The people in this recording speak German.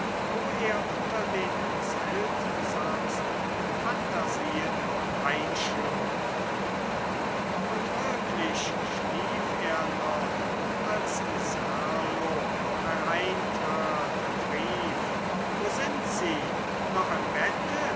wo er unter den seltsamsten phantasien einschlummerte und wirklich schlief er noch als serlo hereintrat und rief wo sind sie noch im bette